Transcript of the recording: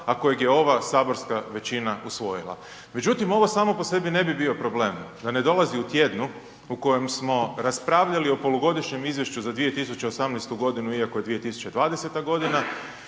a kojeg je ova saborska većina usvojila. Međutim ovo samo po sebi ne bi bio problem da ne dolazi u tjednu u kojem smo raspravljali o Polugodišnjem Izvješću za 2018. godinu iako je 2020. godina